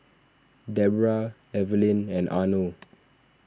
Deborrah Evelyn and Arno